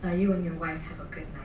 ah you and your wife have